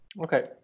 Okay